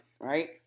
right